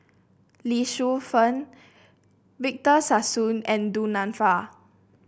Lee Shu Fen Victor Sassoon and Du Nanfa